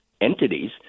entities